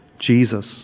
Jesus